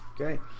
okay